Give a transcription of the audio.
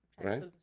Right